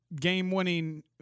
game-winning